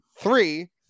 Three